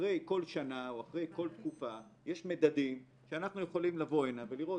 אחרי כל שנה או אחרי כל תקופה יש מדדים שאנחנו יכולים לבוא הנה ולראות,